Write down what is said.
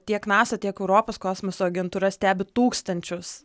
tiek nasa tiek europos kosmoso agentūra stebi tūkstančius